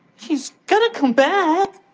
he's going to come back.